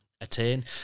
attain